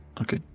Okay